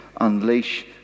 unleash